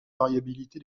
variabilité